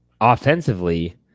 offensively